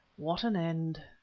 what an end!